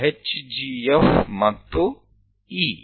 ಇದು HGF ಮತ್ತು E